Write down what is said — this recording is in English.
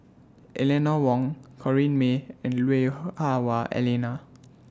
Eleanor Wong Corrinne May and Lui Hah Wah Elena